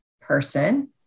person